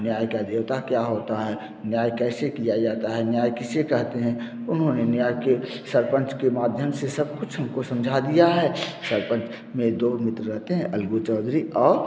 न्याय का देवता क्या होता है न्याय कैसे किया जाता है न्याय किसे कहते हैं उन्होंने न्याय को सरपंच के माध्यम से सब कुछ हम को समझा दिया है सरपंच में दो मित्र रहते हैं अलगु चौधरी और